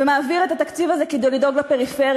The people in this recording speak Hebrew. ומעביר את התקציב הזה כדי לדאוג לפריפריה,